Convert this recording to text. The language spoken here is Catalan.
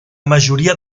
majoria